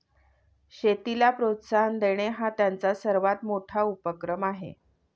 शेतीला प्रोत्साहन देणे हा त्यांचा सर्वात मोठा उपक्रम आहे